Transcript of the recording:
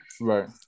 right